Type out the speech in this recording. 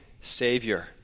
Savior